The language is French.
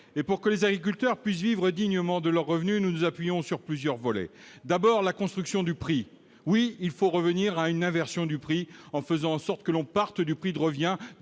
et pour que les agriculteurs puissent vivre dignement de leur revenu, nous nous appuyons sur plusieurs volets : d'abord la construction du prix oui, il faut revenir à une inversion du prix en faisant en sorte que l'on parte du prix de revient